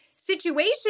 situation